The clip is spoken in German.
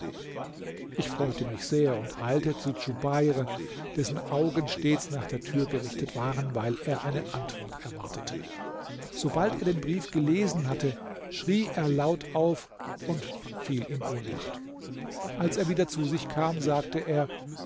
ich freute mich sehr und eilte zu djubeir dessen augen stets nach der tür gerichtet waren weil er eine antwort erwartete sobald er den brief gelesen hatte schrie er laut auf und fiel ihn ohnmacht als er wieder zu sich kam sagte er